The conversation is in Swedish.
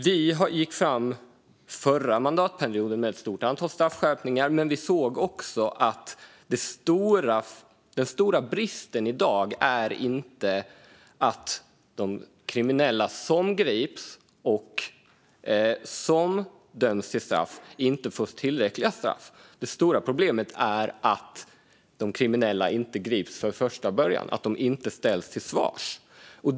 Förra mandatperioden gick Miljöpartiet fram med ett stort antal straffskärpningar, men vi såg också att den stora bristen i dag inte är att de kriminella som grips och döms till straff inte får tillräckliga straff. Det stora problemet är att de kriminella inte grips från första början och att de inte ställs till svars.